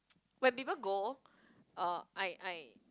when people go uh I I